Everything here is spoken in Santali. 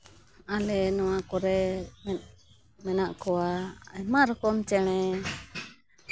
ᱟᱞᱮ ᱱᱚᱣᱟ ᱠᱚᱨᱮᱫ ᱢᱮᱱᱟᱜ ᱠᱚᱣᱟ ᱟᱭᱢᱟ ᱨᱚᱠᱚᱢ ᱪᱮᱬᱮ